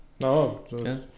No